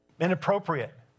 inappropriate